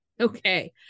okay